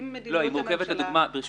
ברשותך,